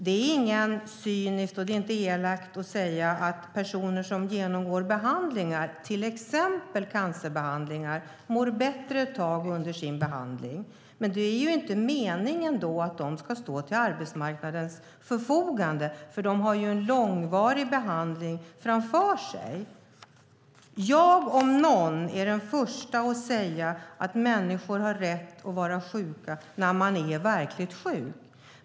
Det är inte cyniskt eller elakt att säga att personer som genomgår behandlingar, till exempel cancerbehandlingar, mår bättre ett tag under sin behandling. Men det är inte meningen att de då ska stå till arbetsmarknadens förfogande, för de har ju en långvarig behandling framför sig. Jag, om någon, är den första att säga att människor har rätt att vara sjuka när de är verkligt sjuka.